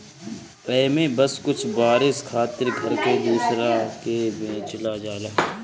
एमे बस कुछ बरिस खातिर घर के दूसरा के बेचल जाला